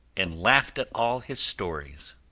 and laughed at all his stories.